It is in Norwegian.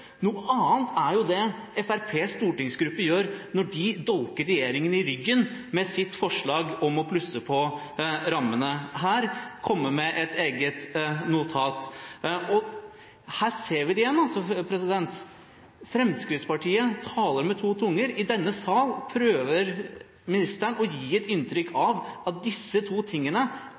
noe annet er jo det Fremskrittspartiets stortingsgruppe gjør når de dolker regjeringen i ryggen med sitt forslag om å plusse på rammene her, komme med et eget notat. Og her ser vi det igjen: Fremskrittspartiet taler med to tunger. I denne sal prøver ministeren å gi et inntrykk av at disse to tingene